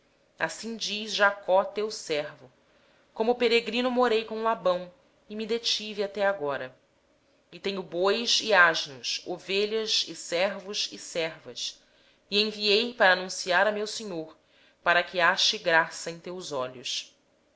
assim diz jacó teu servo como peregrino morei com labão e com ele fiquei até agora e tenho bois e jumentos rebanhos servos e servas e mando comunicar isso a meu senhor para achar graça aos teus olhos